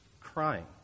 crying